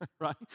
right